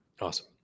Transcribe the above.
Awesome